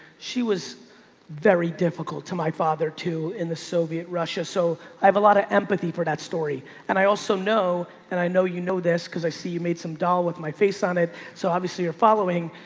she was very difficult to my father too in the soviet russia. so i have a lot of empathy for that story. and i also know, and i know you know this, cause i see you made some doll with my face on it. so obviously you're following.